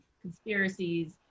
conspiracies